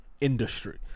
industry